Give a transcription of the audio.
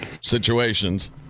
situations